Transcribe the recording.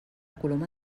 coloma